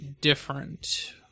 different